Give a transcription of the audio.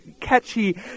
catchy